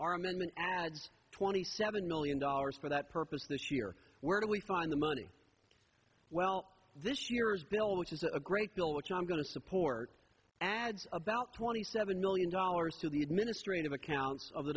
amendment twenty seven million dollars for that purpose this year where do we find the money well this year's bill which is a great bill which i'm going to support adds about twenty seven million dollars to the administrative account of the